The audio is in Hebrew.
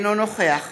אינו נוכח